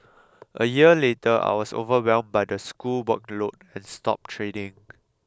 a year later I was overwhelmed by the school workload and stopped training